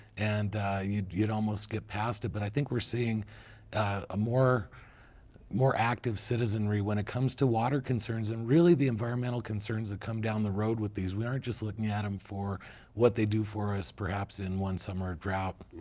and you'd you'd almost get past it. but i think we're seeing a more more active citizenry when it comes to water concerns. and really, the environmental concerns that come down the road with these. we aren't just looking at them for what they do for us perhaps in one summer of drought.